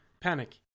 panic